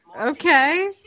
okay